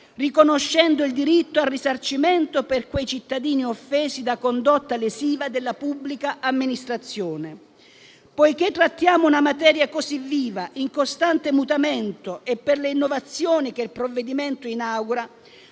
riconoscendo il diritto al risarcimento per i cittadini offesi da condotta lesiva della pubblica amministrazione. Poiché trattiamo una materia così viva, in costante mutamento, e per le innovazioni che il provvedimento inaugura,